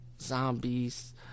zombies